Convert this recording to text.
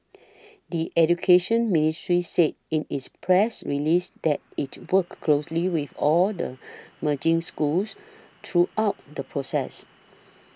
the Education Ministry said in its press release that it worked closely with all the merging schools throughout the process